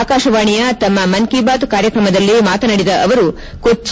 ಆಕಾಶವಾಣಿಯ ತಮ್ಮ ಮನ್ ಕಿ ಬಾತ್ ಕಾರ್ಯಕ್ರಮದಲ್ಲಿ ಮಾತನಾಡಿದ ಅವರು ಕೊಚ್ಚ